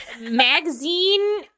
magazine